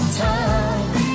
time